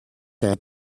had